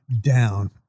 down